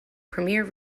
premier